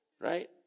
Right